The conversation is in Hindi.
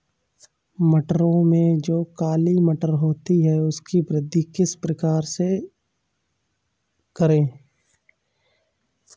मटरों में जो काली मटर होती है उसकी किस प्रकार से वृद्धि करें?